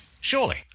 surely